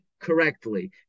correctly